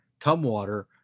Tumwater